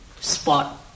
spot